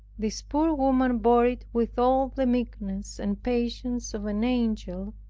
this poor woman bore it with all the meekness and patience of an angel,